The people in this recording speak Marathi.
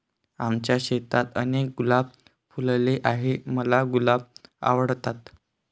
आमच्या शेतात अनेक गुलाब फुलले आहे, मला गुलाब आवडतात